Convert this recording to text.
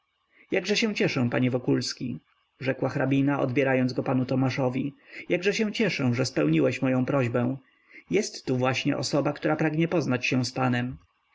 jakże się cieszę panie wokulski rzekła hrabina odbierając go panu tomaszowi jakże się cieszę że spełniłeś moję prośbę jest tu właśnie osoba która pragnie poznać się